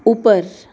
ऊपर